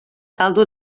caldo